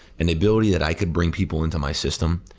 and the ability that i could bring people into my system,